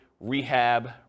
rehab